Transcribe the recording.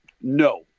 No